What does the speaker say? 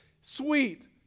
Sweet